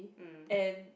and